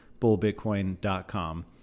bullbitcoin.com